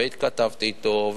והתכתבתי אתו,